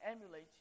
emulate